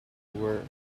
were